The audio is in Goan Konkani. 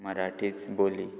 मराठीच बोली